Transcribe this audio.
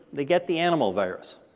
they get the animal virus.